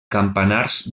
campanars